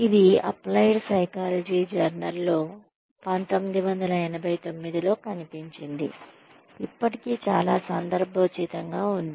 ఇది applied psychology journal లో 1989 లో కనిపించింది ఇప్పటికీ చాలా సందర్భోచితంగా ఉంది